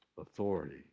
authority